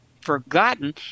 forgotten